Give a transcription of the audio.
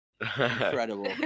Incredible